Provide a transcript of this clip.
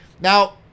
Now